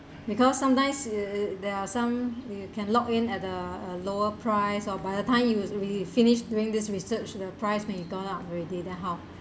because sometimes there are some you can lock in at a lower price or by the time you fi~ you finished doing this research enterprise when you gone up already there how